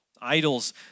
Idols